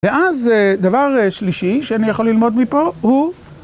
ואז, דבר שלישי שאני יכול ללמוד מפה הוא...